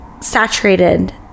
saturated